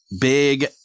big